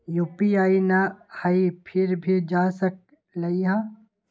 UPI न हई फिर भी जा सकलई ह?